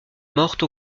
morte